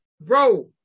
bro